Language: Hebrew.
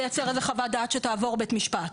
לייצר איזו חוות דעת שתעבור בית משפט.